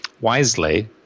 Wisely